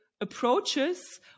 approaches